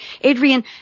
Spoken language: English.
Adrian